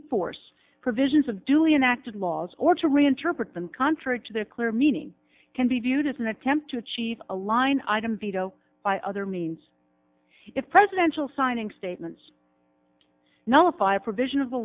enforce provisions of duly enacted laws or to reinterpret them contrary to their clear meaning can be viewed as an attempt to achieve a line item veto by other means if presidential signing statements no by a provision of